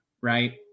Right